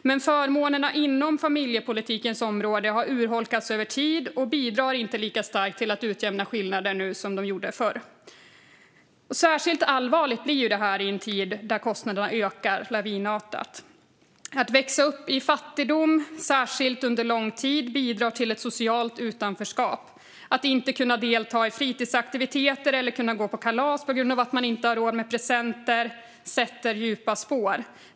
Men förmånerna inom familjepolitikens område har urholkats över tid och bidrar inte lika starkt till att utjämna skillnader nu som de gjorde förr. Särskilt allvarligt blir det i en tid där kostnaderna ökar lavinartat. Att växa upp i fattigdom, särskilt under lång tid, bidrar till ett socialt utanförskap. Att inte kunna delta i fritidsaktiviteter eller kunna gå på kalas på grund av att man inte har råd med presenter sätter djupa spår.